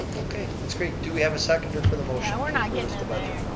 okay, that's great. do we have a seconder for the motion to refer this to budget?